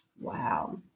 wow